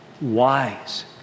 wise